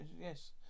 yes